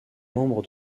membre